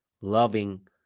loving